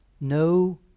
no